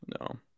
No